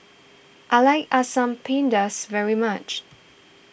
I like Asam Pedas very much